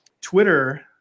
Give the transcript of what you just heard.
Twitter